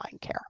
care